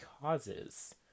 causes